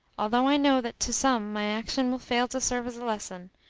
although i know that to some my action will fail to serve as a lesson,